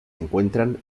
encuentran